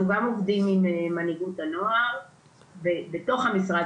אנחנו גם עובדים עם מנהיגות הנוער ובתוך המשרד,